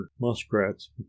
Muskrat's